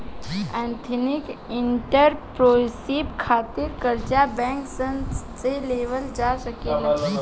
ethnic entrepreneurship खातिर कर्जा bank सन से लेवल जा सकेला